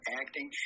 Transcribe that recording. acting